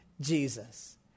Jesus